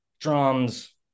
drums